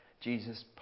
Jesus